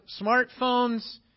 smartphones